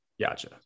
Gotcha